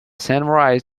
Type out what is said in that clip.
sunrise